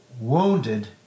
wounded